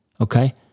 Okay